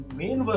main